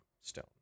stone